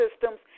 systems